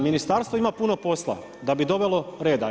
Ministarstvo ima puno posla, da bi dovelo reda.